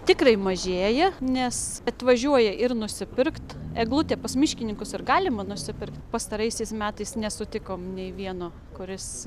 tikrai mažėja nes atvažiuoja ir nusipirkt eglutė pas miškininkus ir galima nusipirkt pastaraisiais metais nesutikom nei vieno kuris